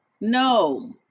No